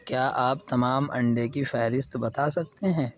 کیا آپ تمام انڈے کی فہرست بتا سکتے ہیں